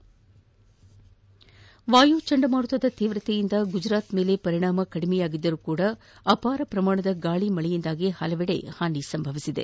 ವಾಯು ಚಂಡ ಮಾರುತದ ತೀವ್ರತೆಯಿಂದ ಗುಜರಾತ್ನ ಮೇಲೆ ಪರಿಣಾಮ ಬಿರದಿದ್ದರೂ ಅಪಾರ ಪ್ರಮಾಣದ ಗಾಳಿ ಮಳೆಯಿಂದಾಗಿ ಹಲವೆಡೆ ಹಾನಿ ಸಂಭವಿಸಿದೆ